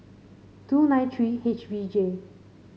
two nine three H V J